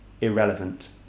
irrelevant